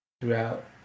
Throughout